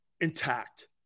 intact